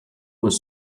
was